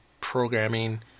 programming